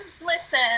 listen